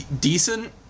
decent